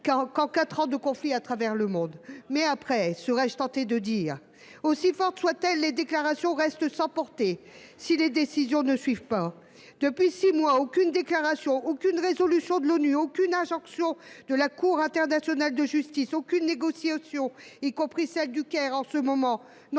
qu’en quatre ans de conflits à travers le monde. Mais après ? Aussi fortes soient elles, les déclarations restent sans portée si les décisions ne suivent pas. Depuis six mois, aucune déclaration, aucune résolution de l’ONU, aucune injonction de la Cour internationale de justice, aucune négociation, y compris celle qui a lieu au Caire en ce moment, n’ont fait